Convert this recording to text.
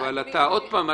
אבל עוד פעם,